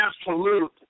absolute